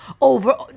Over